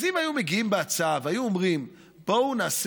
אז אם היו מגיעים בהצעה והיו אומרים: בואו נעשה